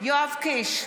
יואב קיש,